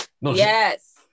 Yes